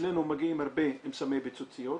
אצלנו מגיעים הרבה עם סמי פיצוציות.